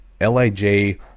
LIJ